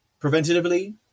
preventatively